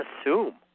assume